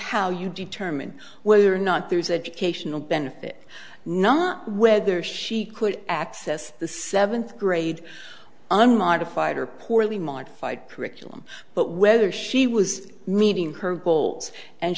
how you determine whether or not there's educational benefit not whether she could access the seventh grade unmodified or poorly modified curriculum but whether she was meeting her goals and